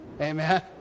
amen